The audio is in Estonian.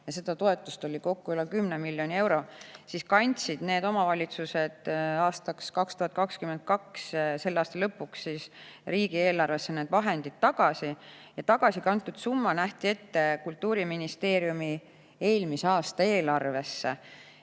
– seda toetust oli kokku üle 10 miljoni euro –, siis kandsid omavalitsused aastaks 2022, [tolle] aasta lõpuks, riigieelarvesse need vahendid tagasi. Ja tagasi kantud summa nähti ette Kultuuriministeeriumi eelmise aasta eelarvesse.